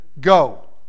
Go